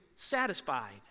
satisfied